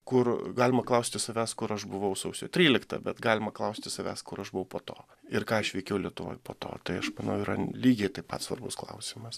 kur galima klausti savęs kur aš buvau sausio tryliktą bet galima klausti savęs kur aš buvau po to ir ką aš veikiau lietuvoj po to tai aš manau yra lygiai taip pat svarbus klausimas